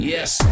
Yes